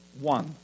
one